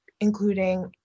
including